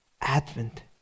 Advent